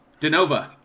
DeNova